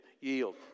yield